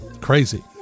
crazy